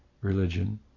religion